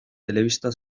telebista